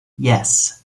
yes